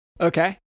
Okay